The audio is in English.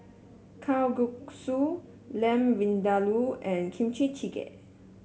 Kalguksu Lamb Vindaloo and Kimchi Jjigae